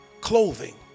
clothing